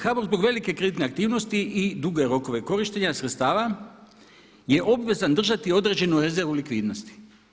HBOR zbog velike kreditne aktivnosti i duge rokove korištenja sredstava je obvezan držati određenu rezervu u likvidnosti.